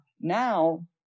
now